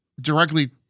directly